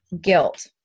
guilt